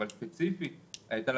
אבל נשאלה שאלה ספציפית לגבי